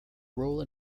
role